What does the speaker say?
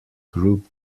group